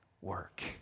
work